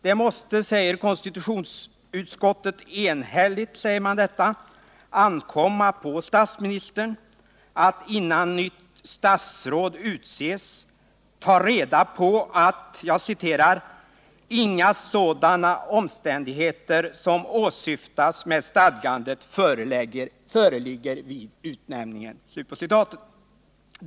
Det måste, uttalar konstitutionsutskottet enhälligt, ankomma på statsministern att innan nytt statsråd utses ta reda på att ”inga sådana omständigheter som åsyftas med stadgandet föreligger vid utnämningen”.